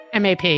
MAP